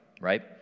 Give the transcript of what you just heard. right